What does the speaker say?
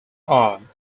are